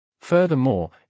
Furthermore